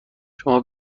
شما